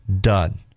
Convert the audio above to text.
done